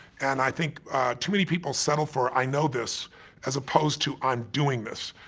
and i think too many people settle for i know this as opposed to i'm doing this,